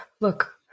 Look